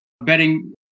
betting